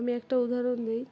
আমি একটা উদাহরণ দিই